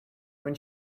when